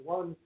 One